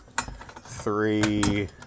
three